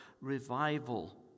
revival